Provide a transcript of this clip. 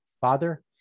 Father